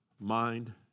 mind